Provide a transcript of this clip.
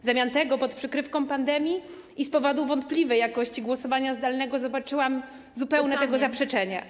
W zamian tego, pod przykrywką pandemii i z powodu wątpliwej jakości głosowania zdalnego, zobaczyłam zupełne tego zaprzeczenie.